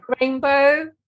rainbow